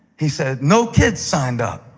he said, no kids signed up.